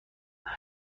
یوری